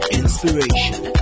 inspiration